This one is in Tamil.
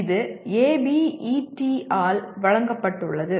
இது ABET ஆல் வழங்கப்பட்டுள்ளது